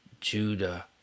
Judah